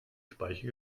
speiche